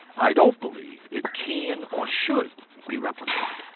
i don't believe it can or should be replicated.